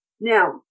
Now